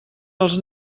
els